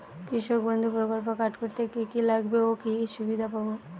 কৃষক বন্ধু প্রকল্প কার্ড করতে কি কি লাগবে ও কি সুবিধা পাব?